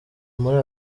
muri